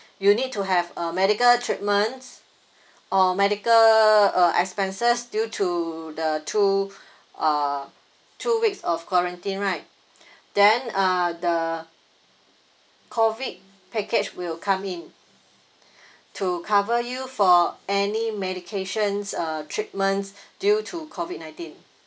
you need to have a medical treatments or medical uh expenses due to the two uh two weeks of quarantine right then uh the COVID package will come in to cover you for any medications uh treatments due to COVID nineteen